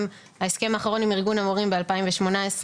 גם ההסכם האחרון עם ארגון המורים בשנת 2018